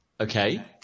Okay